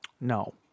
No